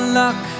luck